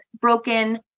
broken